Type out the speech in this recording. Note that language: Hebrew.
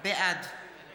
בעד